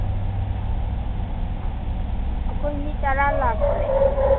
ꯑꯩꯈꯣꯏ ꯃꯤ ꯇꯔꯥ ꯂꯥꯛꯄꯅꯦ